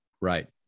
Right